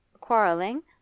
Quarrelling